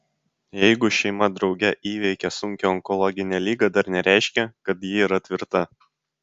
jeigu šeima drauge įveikė sunkią onkologinę ligą dar nereiškia kad ji yra tvirta